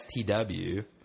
FTW